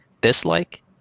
dislike